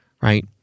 right